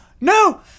no